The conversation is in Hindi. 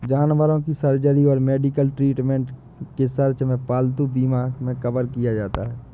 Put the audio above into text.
जानवरों की सर्जरी और मेडिकल ट्रीटमेंट के सर्च में पालतू बीमा मे कवर किया जाता है